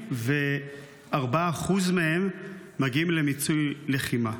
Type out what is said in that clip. ש-74% מהם מגיעים למיצוי לחימה,